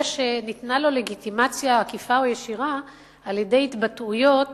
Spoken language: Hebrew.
שניתנה לו לגיטימציה עקיפה או ישירה על-ידי התבטאויות